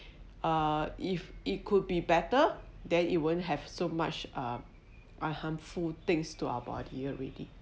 uh if it could be better then it wouldn't have so much uh are harmful things to our body already